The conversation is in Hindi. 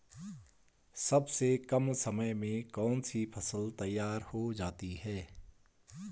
सबसे कम समय में कौन सी फसल तैयार हो जाती है?